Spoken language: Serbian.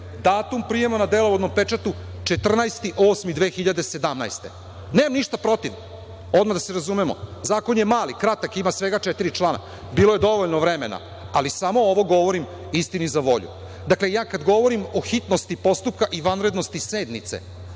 datum prijema na delovodnom pečatu 14. avgust 2017. godine. Nemam ništa protiv, odmah da se razumemo, zakon je mali, kratak, ima svega četiri člana. Bilo je dovoljno vremena, ali samo ovo govorim istini za volju. Dakle, kada govorim o hitnosti postupka i vanrednosti sednice,